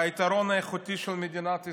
היתרון האיכותי של מדינת ישראל,